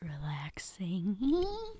relaxing